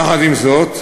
יחד עם זאת,